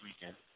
weekend